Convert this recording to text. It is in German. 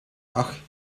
ach